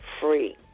free